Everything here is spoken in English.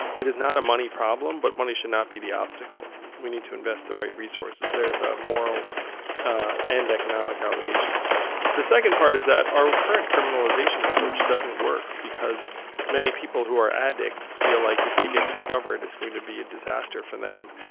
it is not a money problem, but money should not be the obstacle. we need to invest the right resources. there is a moral and economic obligation the second part is that our current criminalization approach doesn't work because many people who are addicts feel like if they get discovered, it's going to be a disaster for them.